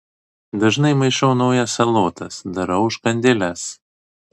dažnai maišau naujas salotas darau užkandėles